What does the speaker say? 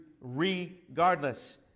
regardless